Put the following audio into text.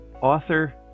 Author